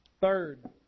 Third